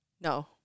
No